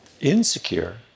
Insecure